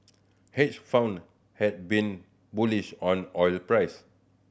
hedge fund had been bullish on oil price